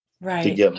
Right